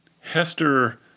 Hester